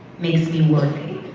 makes me worthy.